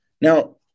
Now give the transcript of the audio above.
Now